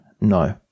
No